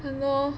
!hannor!